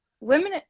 Women